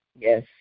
Yes